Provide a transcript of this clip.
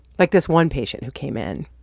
like this one patient who came in.